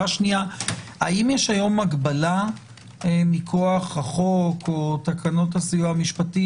האם יש היום הגבלה מכוח החוק או תקנות הסיוע המשפטי